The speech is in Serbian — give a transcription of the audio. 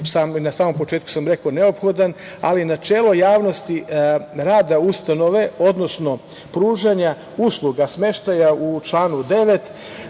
na samom početku sam rekao neophodan, ali načelo javnosti rada ustanove, odnosno pružanja usluga smeštaja u članu 9,